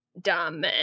dumb